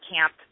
camp